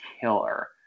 killer